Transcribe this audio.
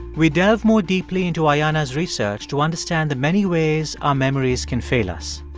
we delve more deeply into ayanna's research to understand the many ways our memories can fail us